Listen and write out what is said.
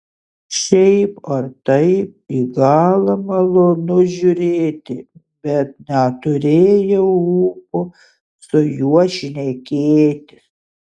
šiaip ar taip į galą malonu žiūrėti bet neturėjau ūpo su juo šnekėtis